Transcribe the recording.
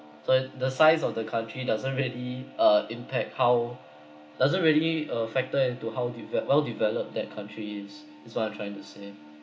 so the size of the country doesn't really uh impact how doesn't really uh factor into how deve~ well developed that country is that's what I'm trying to say